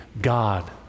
God